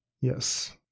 Yes